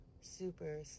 Super